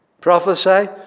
Prophesy